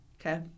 Okay